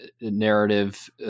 narrative